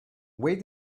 wait